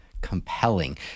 Compelling